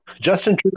Justin